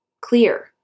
clear